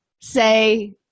say